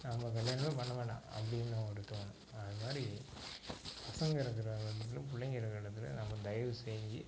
நம்ம கல்யாணமே பண்ண வேண்டாம் அப்படின்னு அவனுக்குத் தோணும் அது மாதிரி பசங்க இருக்கிற இடத்திலையும் பிள்ளைங்க இருக்கிற இடத்துலையும் நம்ம தயவு செஞ்சு